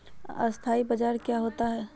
अस्थानी बाजार क्या होता है?